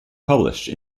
published